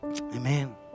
Amen